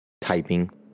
typing